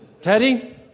Teddy